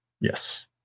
yes